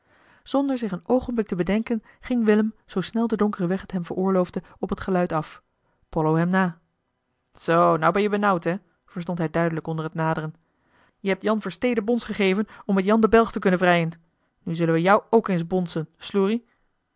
zonder zich een oogenblik te bedenken ging willem zoo snel de donkere weg het hem veroorloofde op het geluid af pollo hem na zoo nou ben je benauwd hè verstond hij duidelijk onder t naderen je hebt jan verstee den bons gegeven om met jan de belg te kunnen vrijen nu zullen we jou ook eens bonsen sloerie